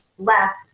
left